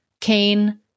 Cain